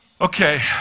Okay